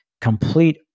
complete